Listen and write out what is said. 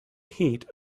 heat